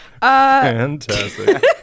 Fantastic